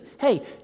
Hey